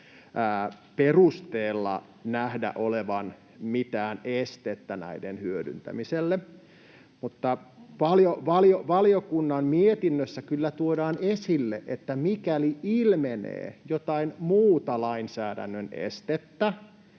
perusteella nähdä olevan mitään estettä näiden hyödyntämiselle, mutta valiokunnan mietinnössä kyllä tuodaan esille, että mikäli ilmenee jotain muuta lainsäädännön estettä,